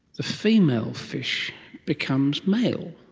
the female fish becomes male,